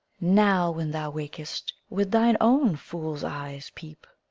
now when thou wak'st with thine own fool's eyes peep.